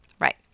Right